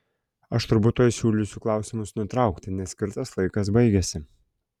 aš turbūt tuoj siūlysiu klausimus nutraukti nes skirtas laikas baigiasi